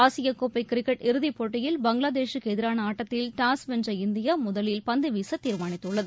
ஆசிய கோப்பை கிரிக்கெட் இறுதி போட்டியில் பங்களாதேஷுக்கு எதிரான ஆட்டத்தில் டாஸ் வென்ற இந்தியா முதலில் பந்து வீச தீர்மானித்துள்ளது